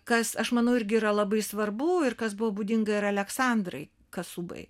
kas aš manau irgi yra labai svarbu ir kas buvo būdinga ir aleksandrai kasubai